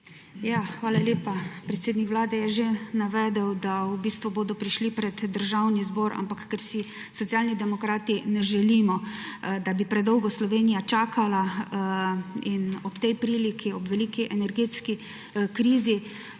Hvala lepa. Predsednik vlade je že navedel, da v bistvu bodo prišli pred Državni zbor. Ampak ker si Socialni demokrati ne želimo, da bi predolgo Slovenija čakala ob veliki energetski krizi